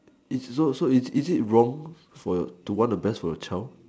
is no so is is it wrong to want the best from your child